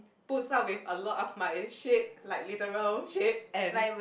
puts up with a lot of my shit like literal shit and